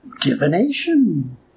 divination